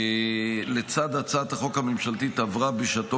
לצד הצעת החוק הממשלתית עברה בשעתו